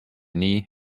nii